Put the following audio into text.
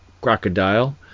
crocodile